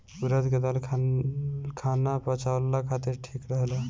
उड़द के दाल खाना पचावला खातिर ठीक रहेला